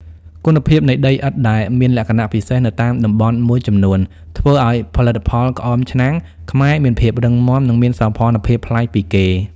គុណភាពនៃដីឥដ្ឋដែលមានលក្ខណៈពិសេសនៅតាមតំបន់មួយចំនួន ធ្វើឱ្យផលិតផលក្អមឆ្នាំងខ្មែរមានភាពរឹងមាំ និងមានសោភ័ណភាពប្លែកពីគេ។